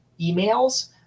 emails